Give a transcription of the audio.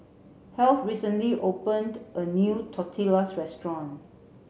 Heath recently opened a new Tortillas Restaurant